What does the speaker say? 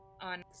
on